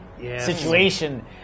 situation